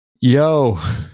Yo